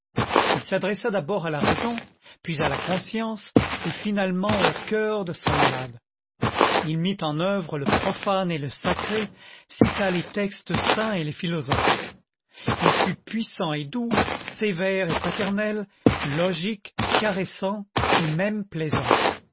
il s'adressa d'abord à la raison puis à la conscience et finalement au cœur de son malade il mit en œuvre le profane et le sacré cita les textes saints et tes philosophes il fut puissant et doux sévère et paternel logique caressant et même plaisant